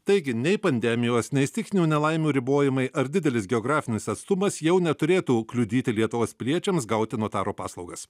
taigi nei pandemijos nei stichinių nelaimių ribojimai ar didelis geografinis atstumas jau neturėtų kliudyti lietuvos piliečiams gauti notaro paslaugas